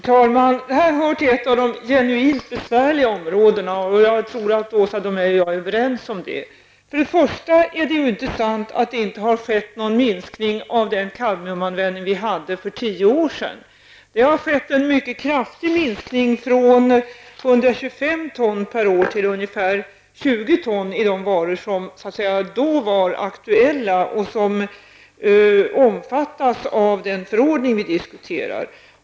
Herr talman! Detta är ett av de genuint besvärliga områdena, och jag tror att Åsa Domeij och jag är överens om det. Först och främst är det inte sant att det inte har skett någon minskning av kadmiumanvändningen i förhållande till den vi hade för tio år sedan. Det har skett en mycket kraftig minskning från 125 ton per år till ungefär 20 ton i de varor som då var aktuella och som omfattas av den förordning vi diskuterar.